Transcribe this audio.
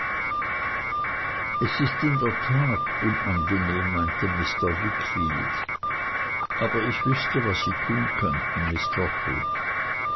es ist in der tat unangenehm meinte mr wickfield aber ich wüßte was sie tun könnten miß